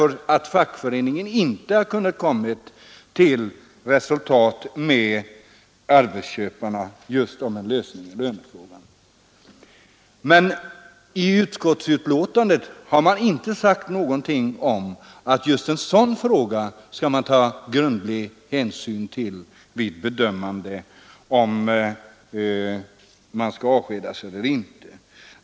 Fackföreningen har inte kunnat komma till något resultat med arbetsköparna om en lösning av lönefrågan. I utskottsbetänkandet har inte sagts någonting om att man skall ta grundlig hänsyn just i en sådan fråga vid bedömandet av om det skall bli avskedande eller inte.